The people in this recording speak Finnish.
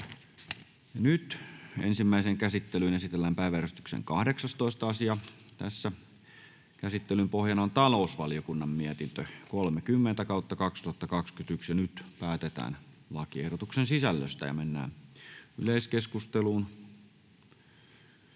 Ensimmäiseen käsittelyyn esitellään päiväjärjestyksen 14. asia. Käsittelyn pohjana on sosiaali- ja terveysvaliokunnan mietintö StVM 29/2021 vp. Nyt päätetään lakiehdotuksen sisällöstä. Ja mennään yleiskeskusteluun,